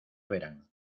verán